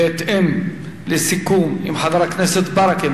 בהתאם לסיכום עם חבר הכנסת ברכה,